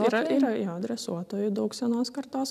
yra yra jo dresuotojų daug senos kartos